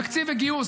תקציב וגיוס,